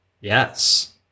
Yes